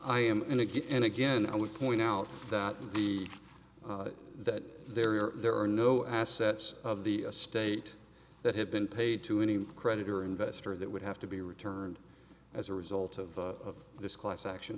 i am and again and again i would point out that the that there are there are no assets of the a state that have been paid to any creditor investor that would have to be returned as a result of this class action